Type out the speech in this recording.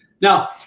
Now